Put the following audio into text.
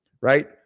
right